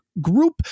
group